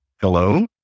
Hello